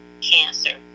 cancer